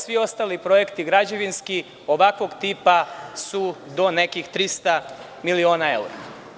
Svi ostali projekti građevinski ovakvog tipa su do nekih 300 miliona evra.